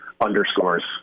underscores